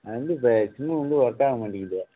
அதுலிருந்து இந்த சிம்மு வந்து ஒர்க் ஆக மாட்டேங்குது